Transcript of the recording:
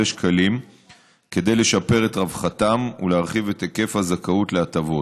שקלים כדי לשפר את רווחתם ולהרחיב את היקף הזכאות להטבות.